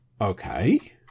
okay